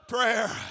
Prayer